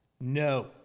No